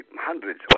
hundreds